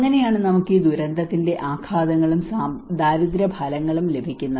അങ്ങനെയാണ് നമുക്ക് ഈ ദുരന്തത്തിന്റെ ആഘാതങ്ങളും ദാരിദ്ര്യ ഫലങ്ങളും ലഭിക്കുന്നത്